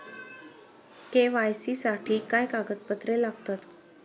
KYC साठी काय कागदपत्रे लागतात?